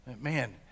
Man